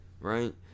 right